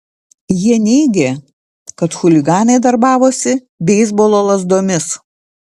jie neigė kad chuliganai darbavosi beisbolo lazdomis